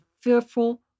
fearful